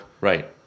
right